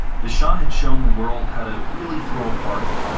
the shah had shown the world how to really throw a party.